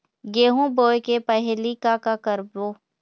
गेहूं बोए के पहेली का का करबो?